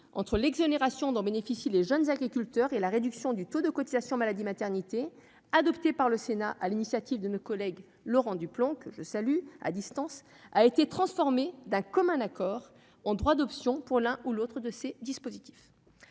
entre l'exonération dont bénéficient les jeunes agriculteurs et la réduction du taux de cotisation maladie-maternité, adoptée par le Sénat sur l'initiative de notre collègue Laurent Duplomb, que je salue, a été transformée d'un commun accord en droit d'option pour l'un ou l'autre de ces dispositifs.